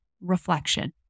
Reflection